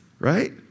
right